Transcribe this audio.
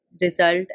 result